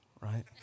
right